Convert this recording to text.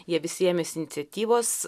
jie visi ėmėsi iniciatyvos